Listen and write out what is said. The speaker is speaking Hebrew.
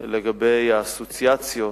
לגבי האסוציאציות.